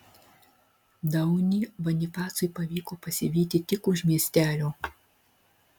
daunį bonifacui pavyko pasivyti tik už miestelio